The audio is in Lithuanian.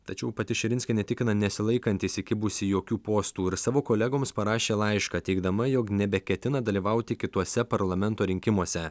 tačiau pati širinskienė tikina nesilaikanti įsikibusi jokių postų ir savo kolegoms parašė laišką teigdama jog nebeketina dalyvauti kituose parlamento rinkimuose